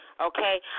okay